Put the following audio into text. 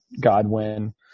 Godwin